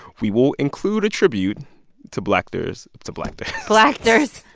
we will include a tribute to blacktors to blacktors. blacktors,